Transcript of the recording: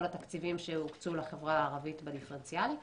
התקציבים שהוקצו לחברה הערבית בדיפרנציאלי,